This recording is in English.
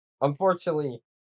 Unfortunately